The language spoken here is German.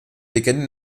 legende